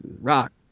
rock